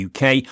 UK